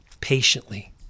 patiently